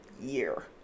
year